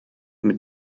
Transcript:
mit